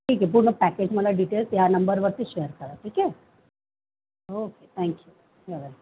ठीक आहे पूर्ण पॅकेज मला डिटेल्स या नंबरवरती शेअर करा ठीक आहे ओके थँक्यू